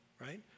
right